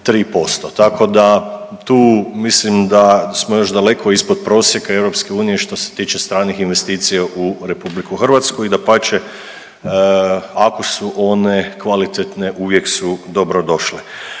3%. Tako da tu mislim da smo još daleko ispod prosjeka EU što se tiče stranih investicija u RH i dapače ako su one kvalitetne uvijek su dobro došle.